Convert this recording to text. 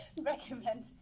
recommend